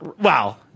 Wow